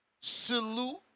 salute